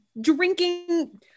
drinking